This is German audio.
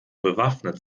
bewaffnet